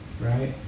right